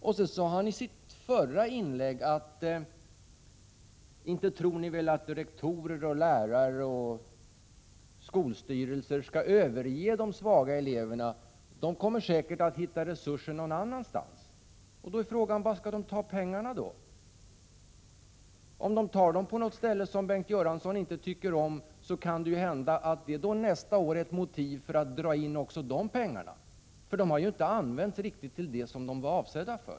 Och i sitt förra inlägg sade han: Inte tror ni väl att rektorer, lärare och skolstyrelser skall överge de svaga eleverna? De kommer säkert att hitta resurser någon annanstans. Då är frågan: Var skall de ta pengarna? Om de tar dem på något ställe som Bengt Göransson inte tycker om, kan det ju hända att det nästa år blir ett motiv för att dra in också de pengarna, för de har ju inte använts riktigt till det som de var avsedda för.